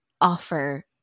offer